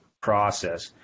process